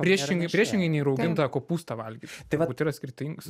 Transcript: priešingai priešingai nei raugintą kopūstą valgyti tai vat yra skrtingas